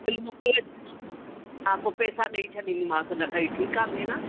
bill मोकिले छॾो हा पोइ पैसा ॾेई छॾंदीमांस हुनखे ई ठीकु आहे भेण